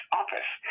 office